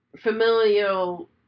familial